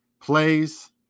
plays